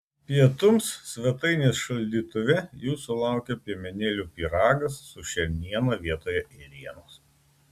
pietums svetainės šaldytuve jūsų laukia piemenėlių pyragas su šerniena vietoje ėrienos